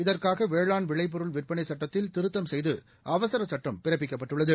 இதற்காக வேளாண்விளைபொருள் விற்பனை சட்டத்தில் திருத்தம் செய்து அவசரச் சுட்டம் பிறப்பிக்கப்பட்டுள்ளது